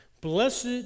Blessed